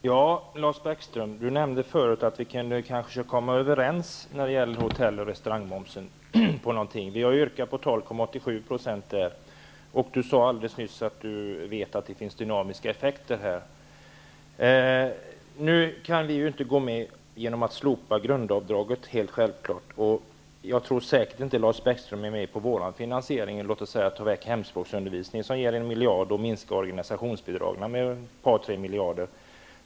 Herr talman! Lars Bäckström nämnde att vi kanske kunde komma överens om hotell och restaurangmomsen. Vi har yrkat på 12,87 %. Lars Bäckström sade att han vet att det finns dynamiska effekter att hämta här. Vi kan självklart inte gå med på att slopa grundavdraget. Jag tror att Lars Bäckström säkert inte är med på vår finansiering, som innebär att vi minskar anslaget till hemspråksundervisningen med en miljard och organisationsbidraget med ett par tre miljarder.